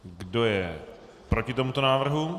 Kdo je proti tomuto návrhu?